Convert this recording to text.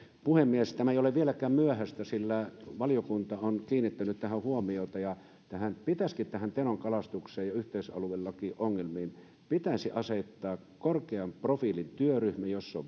puhemies tämä ei ole vieläkään myöhäistä sillä valiokunta on kiinnittänyt tähän huomiota ja tähän tenon kalastukseen ja yhteisaluelakiongelmiin pitäisi asettaa korkean profiilin työryhmä jossa on